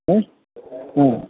A mm